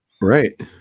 Right